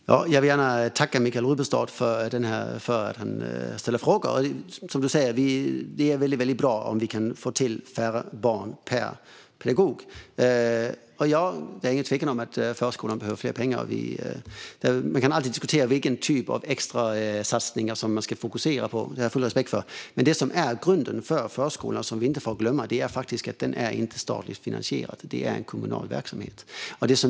Fru talman! Jag vill gärna tacka Michael Rubbestad för att han ställer frågor. Som han säger är det väldigt bra om vi kan få till stånd att det blir färre barn per pedagog. Det är ingen tvekan om att förskolan behöver mer pengar. Man kan alltid diskutera vilken typ av extrasatsningar man ska fokusera på - det har jag full respekt för. Men det som är grunden för förskolan och som vi inte får glömma är att den inte är statligt finansierad. Det är en kommunal verksamhet.